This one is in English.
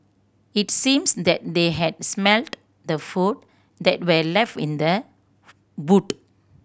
it seems that they had smelt the food that were left in the boot